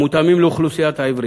המותאמים לאוכלוסיית העיוורים.